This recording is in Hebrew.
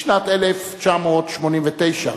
בשנת 1989,